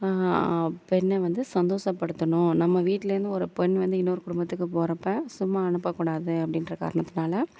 பெண்ணை வந்து சந்தோஷப்படுத்தணும் நம்ம வீட்டிலேருந்து ஒரு பெண் வந்து இன்னொரு குடும்பத்துக்கு போகிறப்ப சும்மா அனுப்பக்கூடாது அப்படின்ற காரணத்தினால